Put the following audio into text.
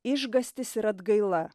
išgąstis ir atgaila